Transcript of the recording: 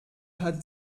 hat